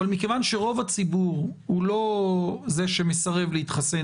אבל מכיוון שרוב הציבור הוא לא זה שמסרב להתחסן